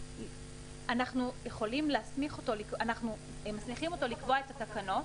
אנחנו מסמיכים אותו לקבוע את התקנות